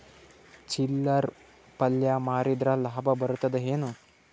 ಚಿಲ್ಲರ್ ಪಲ್ಯ ಮಾರಿದ್ರ ಲಾಭ ಬರತದ ಏನು?